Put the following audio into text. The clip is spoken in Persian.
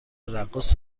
رقاص